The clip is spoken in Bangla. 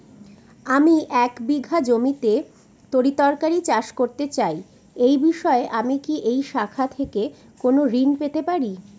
আমি এক বিঘা জমিতে তরিতরকারি চাষ করতে চাই এই বিষয়ে আমি কি এই শাখা থেকে কোন ঋণ পেতে পারি?